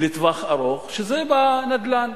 זה בנדל"ן,